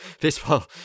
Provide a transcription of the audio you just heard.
baseball